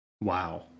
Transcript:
Wow